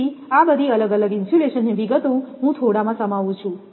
તેથી આ બધી અલગ અલગ ઇન્સ્યુલેશન ની વિગતો હું થોડા માં સમાવું છું